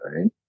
right